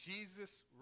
Jesus